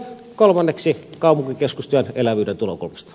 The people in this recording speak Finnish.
kolmanneksi kaupunkikeskustojen elävyyden tulokulmasta